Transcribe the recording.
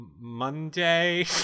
Monday